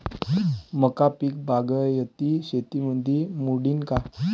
मका पीक बागायती शेतीमंदी मोडीन का?